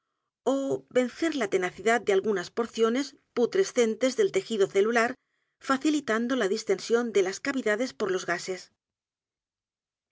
ó vencer la tenacidad de algunas porciones putrescentes del tejido celular facilitando la distensión de las cavidades por los gases